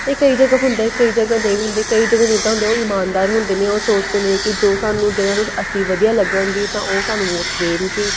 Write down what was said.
ਇਹ ਕਈ ਜਗ੍ਹਾ ਹੁੰਦਾ ਹੈ ਕਈ ਜਗ੍ਹਾ ਨਹੀਂ ਹੁੰਦੀ ਕਈ ਜਿਹੜੇ ਨੇਤਾ ਹੁੰਦੇ ਉਹ ਇਮਾਨਦਾਰ ਹੁੰਦੇ ਨੇ ਉਹ ਸੋਚਦੇ ਨੇ ਕਿ ਜੋ ਸਾਨੂੰ ਜਿੰਨ੍ਹਾਂ ਨੂੰ ਅਸੀਂ ਵਧੀਆ ਲੱਗਾਂਗੇ ਤਾਂ ਉਹ ਸਾਨੂੰ ਵੋਟ ਦੇਣਗੇ